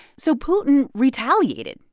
so putin retaliated.